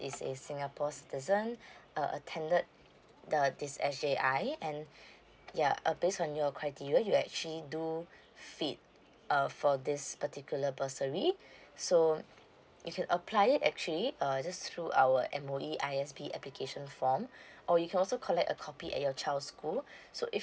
is a singapore citizen uh attended the this S_J_I and ya uh based on your criteria you actually do fit uh for this particular bursary so you can apply it actually uh just through our M_O_E I_S_B application form or you can also collect a copy at your child's school so if